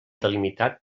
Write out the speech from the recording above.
delimitat